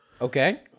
Okay